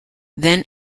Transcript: then